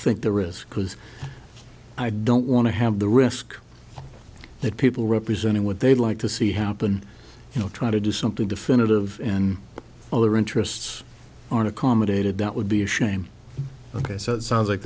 think the risk because i don't want to have the risk that people representing what they'd like to see happen you know try to do something definitive and other interests aren't accommodated that would be a shame ok so it sounds like